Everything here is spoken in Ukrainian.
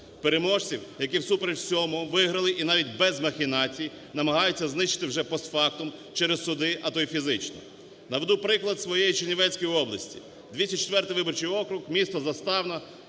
Переможців, які всупереч всьому виграли і навіть без махінацій, намагаються знищити вже постфактум через суди, а то і фізично. Наведу приклад своєї Чернівецької області, 204-1 виборчий округ, місто Заставна.